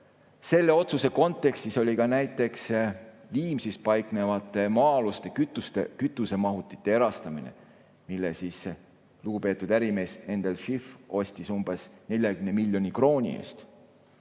Selle otsuse kontekstis oli ka näiteks Viimsis paiknevate maa-aluste kütusemahutite erastamine, mille lugupeetud ärimees Endel Šiff ostis umbes 40 miljoni krooni eest.